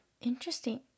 Interesting